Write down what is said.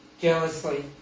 jealously